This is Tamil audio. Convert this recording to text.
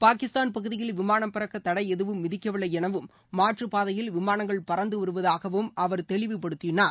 பாகிஸ்தான் பகுதியில் விமானம் பறக்க தடை எதுவும் விதிக்கவில்லை எனவும் மாற்றுப்பாதையில் விமானங்கள் பறந்துவருவதாகவும் அவர் தெளிவுப்படுத்தினார்